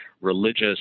religious